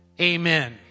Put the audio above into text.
Amen